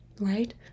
Right